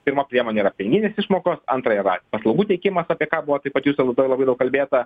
pirma priemonė yra piniginės išmokos antra yra paslaugų teikimas apie ką buvo jūsų taip pat labai labai daug kalbėta